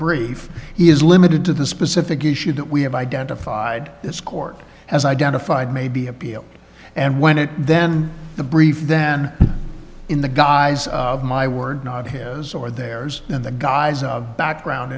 brief he is limited to the specific issue that we have identified this court has identified maybe appeal and when it then the brief than in the guise of my word not heroes or theirs in the guise of background